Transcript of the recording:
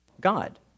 God